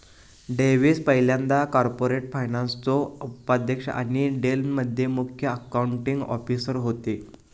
Davis पयल्यांदा corporate फायनान्सचो उपाध्यक्ष आणि डेल मध्ये मुख्य अकाउंटींग ऑफिसर होते